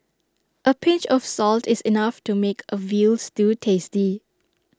A pinch of salt is enough to make A Veal Stew tasty